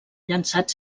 llençat